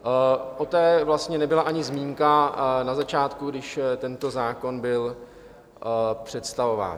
O té vlastně nebyla ani zmínka na začátku, když tento zákon byl představován.